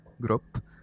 group